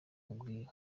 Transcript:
nkubwira